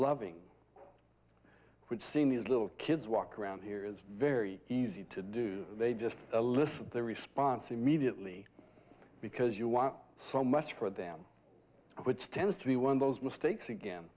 loving had seen these little kids walk around here is very easy to do they just a list of their response immediately because you want some ice for them which tends to be one of those mistakes again